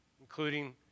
including